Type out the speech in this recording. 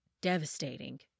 devastating